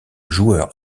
joueur